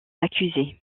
accusé